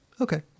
Okay